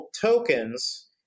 tokens